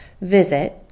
visit